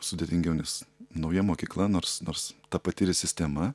sudėtingiau nes nauja mokykla nors nors ta pati sistema